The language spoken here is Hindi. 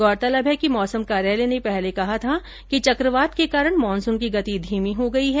गौरतलब है कि मौसम कार्यालय ने पहले कहा था कि चक्रवात के कारण मॉनसुन की गति धीमी हो गई है